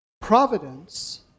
providence